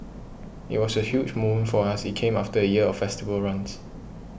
it was a huge moment for us it came after a year of festival runs